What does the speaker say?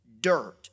dirt